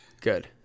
good